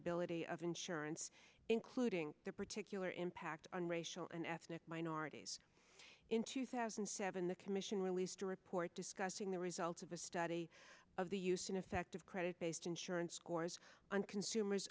affordability of insurance including the particular impact on racial and ethnic minorities in two thousand and seven the commission released a report discussing the results of a study of the use in effect of credit based insurance scores on consumers